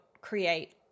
create